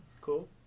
Cool